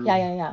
ya ya ya